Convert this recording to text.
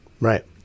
Right